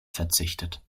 verzichtet